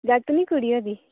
जागत नेईं कुड़ी होई दी